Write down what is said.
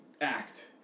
act